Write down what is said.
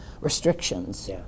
restrictions